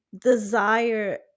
desire